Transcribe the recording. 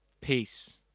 Peace